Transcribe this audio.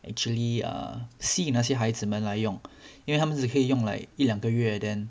actually err 吸引那些孩子们来用因为他们只可以用 like 一两个月 then